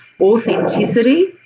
authenticity